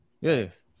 Yes